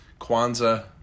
Kwanzaa